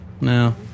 no